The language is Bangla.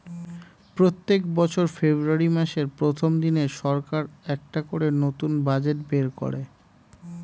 প্রত্যেক বছর ফেব্রুয়ারি মাসের প্রথম দিনে সরকার একটা করে নতুন বাজেট বের করে